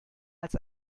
als